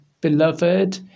beloved